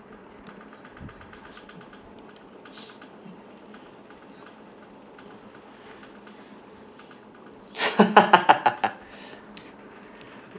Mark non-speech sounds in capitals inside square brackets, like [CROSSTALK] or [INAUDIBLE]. [LAUGHS]